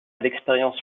l’expérience